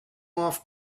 off